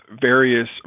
various